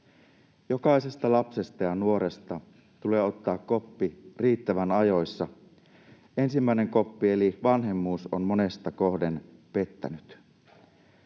Jokaisesta lapsesta ja nuoresta tulee ottaa koppi riittävän ajoissa. Ensimmäinen koppi eli vanhemmuus on monesta kohden pettänyt.